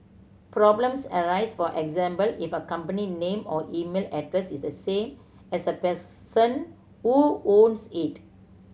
problems arise for example if a company name or email address is the same as the person who owns it